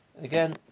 Again